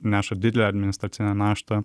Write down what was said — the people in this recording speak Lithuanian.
neša didelę administracinę naštą